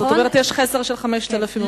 זאת אומרת, יש חסר של 5,000 עובדים זרים.